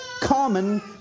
common